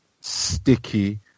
sticky